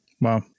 Wow